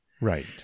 Right